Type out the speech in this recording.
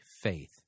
faith